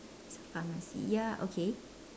pharmacy ya okay